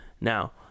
now